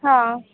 हां